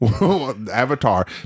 Avatar